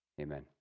Amen